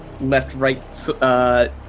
left-right